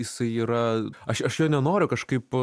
jisai yra aš aš jo nenoriu kažkaip